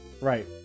Right